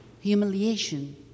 humiliation